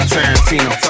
Tarantino